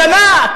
הגנה,